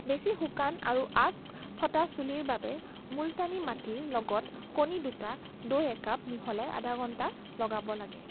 বেছি শুকান আৰু আগ ফটা চুলিৰ বাবে মুলতানি মাটিৰ লগত কণী দুটা দৈ একাপ মিহলাই আধা ঘণ্টা লগাব লাগে